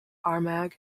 armagh